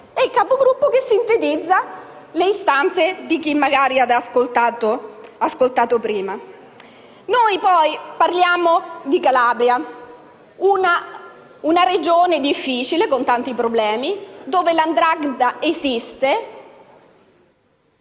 con il Capogruppo che sintetizza le istanze di chi ha ascoltato prima. Noi parliamo di Calabria, una Regione difficile, con tanti problemi, dove la 'ndrangheta esiste,